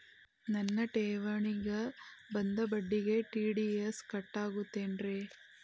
ನನ್ನ ಠೇವಣಿಗೆ ಬಂದ ಬಡ್ಡಿಗೆ ಟಿ.ಡಿ.ಎಸ್ ಕಟ್ಟಾಗುತ್ತೇನ್ರೇ?